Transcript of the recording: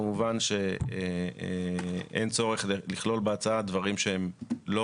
כמובן שאין צורך לכלול בהצעה דברים שהם לא